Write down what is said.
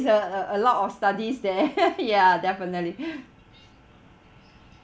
a a lot of studies there ya definitely